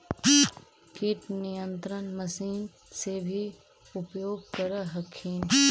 किट नियन्त्रण मशिन से भी उपयोग कर हखिन?